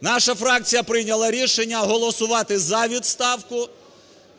Наша фракція прийняла рішення голосувати за відставку